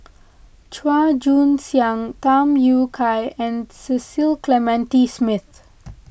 Chua Joon Siang Tham Yui Kai and Cecil Clementi Smith